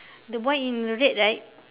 the boy in red right